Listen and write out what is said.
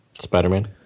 Spider-Man